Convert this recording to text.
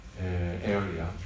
area